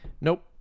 Nope